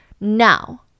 Now